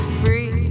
free